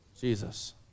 Jesus